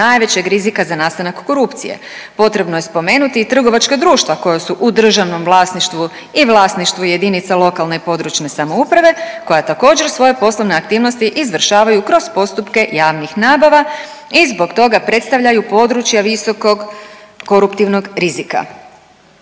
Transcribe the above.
najvećeg rizika za nastanak korupcije. Potrebno je spomenuti i trgovačka društva koja su u državnom vlasništvu i vlasništvu lokalne i područne samouprave koja također svoje poslovne aktivnosti izvršavaju kroz postupke javnih nabava i zbog toga predstavljaju područja visokog koruptivnog rizika.